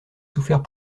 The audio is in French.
souffert